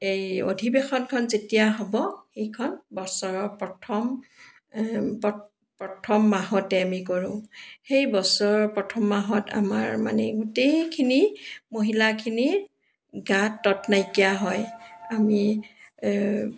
এই অধিৱেশনখন যেতিয়া হ'ব সেইখন বছৰৰ প্ৰথম প্ৰথম মাহতে আমি কৰোঁ সেই বছৰৰ প্ৰথম মাহত আমাৰ মানে গোটেইখিনি মহিলাখিনিৰ গাত তৎ নাইকিয়া হয় আমি